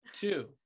two